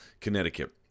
Connecticut